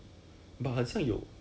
!walao! eh 我跟你讲那个